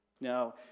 Now